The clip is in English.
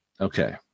okay